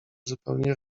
zupełnie